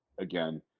again